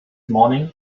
morning